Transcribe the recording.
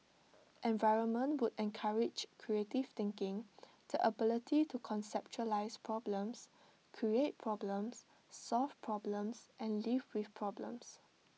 environment would encourage creative thinking the ability to conceptualise problems create problems solve problems and live with problems